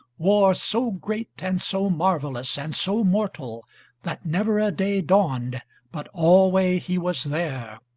war so great, and so marvellous, and so mortal that never a day dawned but alway he was there,